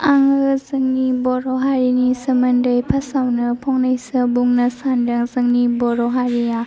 आङो जोंनि बर' हारिनि सोमोन्दै फार्स्ट आवनो फंनैसो बुंनो सान्दों जोंनि बर' हारिया